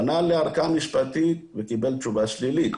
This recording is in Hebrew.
פנה לערכאה משפטית וקיבל תשובה שלילית,